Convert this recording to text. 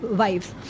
wives